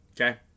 Okay